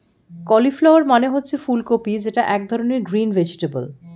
cauliflower মানে হচ্ছে ফুলকপি যেটা এক ধরনের গ্রিন ভেজিটেবল